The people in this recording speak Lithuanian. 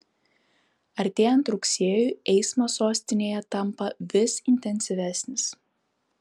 artėjant rugsėjui eismas sostinėje tampa vis intensyvesnis